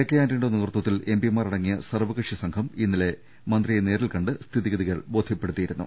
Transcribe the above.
K ആന്റണിയുടെ നേതൃത്വത്തിൽ എംപിമാർ അടങ്ങിയ സർ വകക്ഷി സംഘം ഇന്നലെ മന്ത്രിയെ നേരിൽ കണ്ട് സ്ഥിതിഗതികൾ ബോധ്യ പ്പെടുത്തിയിരുന്നു